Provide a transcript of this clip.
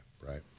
right